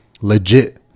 legit